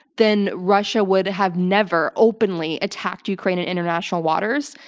then russia would have never openly attacked ukraine in international waters.